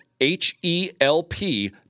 H-E-L-P